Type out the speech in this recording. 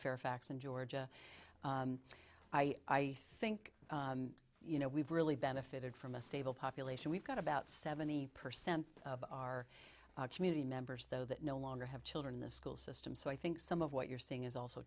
fairfax and georgia i think you know we've really benefited from a stable population we've got about seventy percent of our community members though that no longer have children in the school system so i think some of what you're seeing is also